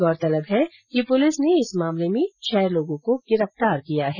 गौरतलब है कि पुलिस ने इस मामले में छह लोगों को गिरफ्तार किया है